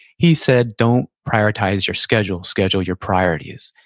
he said, don't prioritize your schedule, schedule your priorities.